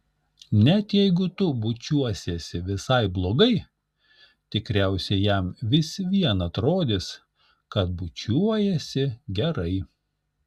net jeigu tu bučiuosiesi visai blogai tikriausiai jam vis vien atrodys kad bučiuojiesi gerai